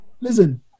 listen